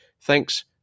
Thanks